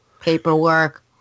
paperwork